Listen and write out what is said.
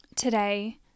Today